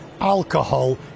alcohol